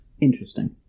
interesting